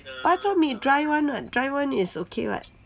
bak chor mee dry one [what] dry one is okay [what]